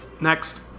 Next